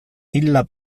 illa